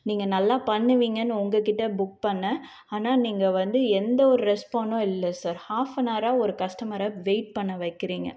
நீங்கள் நல்லா பண்ணுவீங்கன்னு உங்கள் கிட்டே புக் பண்ணிணேன் ஆனால் நீங்கள் வந்து எந்த ஒரு ரெஸ்பான்டும் இல்லை சார் ஹாஃப் ஆன் அவரா ஒரு கஸ்டமரை வெயிட் பண்ண வைக்கிறிங்க